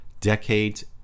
decades